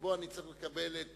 שבו אני צריך לקבל את